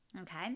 okay